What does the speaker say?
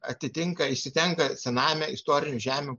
atitinka įsitenka senajame istorinių žemių